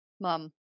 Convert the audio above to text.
Mum